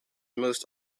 most